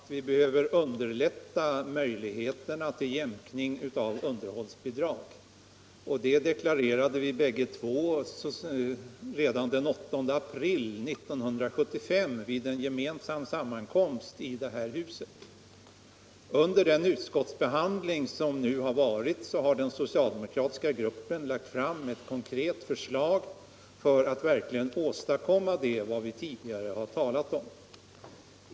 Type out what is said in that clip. Herr talman! Herr Romanus och jag är helt överens om att vi behöver underlätta möjligheterna till jämkning av underhållsbidrag, och det deklarerade vi bägge två redan den 8 april 1975 vid en gemensam sammankomst i det här huset. Under den utskottsbehandling som förevarit har den socialdemokratiska gruppen lagt fram ett konkret förslag för att verkligen åstadkomma vad vi tidigare har talat om.